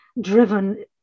driven